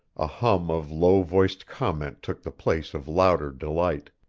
a hum of low-voiced comment took the place of louder delight.